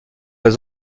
dans